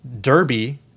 Derby